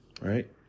Right